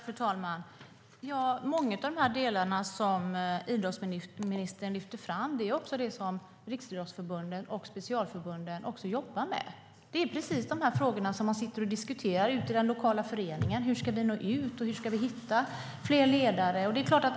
Fru talman! Många av de delar som idrottsministern lyfter fram är också det som Riksidrottsförbundet och specialförbunden jobbar med. Det är precis de frågor som man diskuterar ute i de lokala föreningarna. Hur ska vi nå ut, och hur ska vi hitta fler ledare?